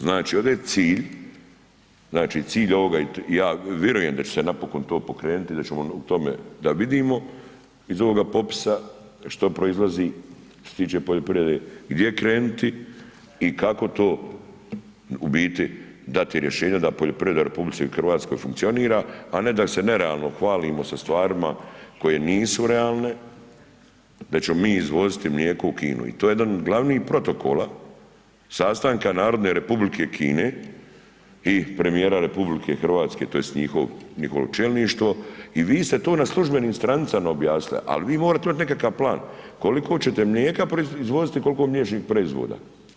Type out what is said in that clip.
Znači ovdje je cilj, znači cilj ovoga i ja vjerujem da će se napokon to pokrenuti i da ćemo u tome, da vidimo iz ovoga popisa što proizlazi što se tiče poljoprivrede, gdje krenuti i kako to u biti dati rješenja da poljoprivreda u RH funkcionira a ne da se nerealno hvalimo sa stvarima koje nisu realne, da ćemo mi izvoziti mlijeko u Kinu, i to je jedan od glavnih protokola, sastanka Narodne Republike Kine i premijera RH tj. njihovo čelništvo, i vi ste to na službenim stranicama objasnili ali vi morate imati nekakav plan koliko ćete mlijeka proizvoditi, koliko mliječnih proizvoda.